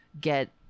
get